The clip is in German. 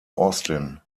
austin